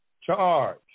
Charge